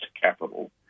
capital